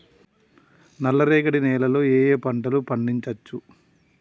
నల్లరేగడి నేల లో ఏ ఏ పంట లు పండించచ్చు?